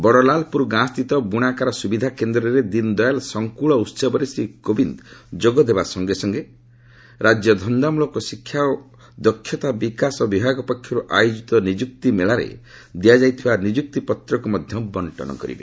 ବଡ଼ଲାଲପୁର ଗାଁ ସ୍ଥିତ ବୁଣାକାର ସୁବିଧା କେନ୍ଦ୍ରରେ ଦୀନ ଦୟାଲ୍ ସଙ୍କୁଳ ଉହବରେ ଶ୍ରୀ କୋବିନ୍ଦ୍ ଯୋଗଦେବା ସଙ୍ଗେ ସଙ୍ଗେ ରାଜ୍ୟ ଧନ୍ଦାମୂଳକ ଶିକ୍ଷା ଓ ଦକ୍ଷତା ବିକାଶ ବିଭାଗ ପକ୍ଷରୁ ଆୟୋଜିତ ନିଯୁକ୍ତି ମେଳାରେ ଦିଆଯାଇଥିବା ନିଯୁକ୍ତିପତ୍ରକୁ ମଧ୍ୟ ବଙ୍କନ କରିବେ